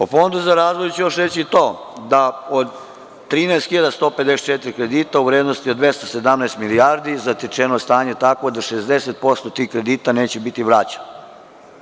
O Fondu za razvoj ću još reći to da od 13.145 kredita u vrednosti od 217 milijardi zatečeno stanje je takvo da 60% tih kredita neće biti vraćeno.